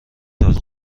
تازه